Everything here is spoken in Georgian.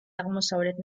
აღმოსავლეთ